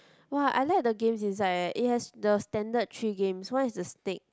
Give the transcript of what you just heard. [wah] I like the games inside eh it has the standard three games one is the stake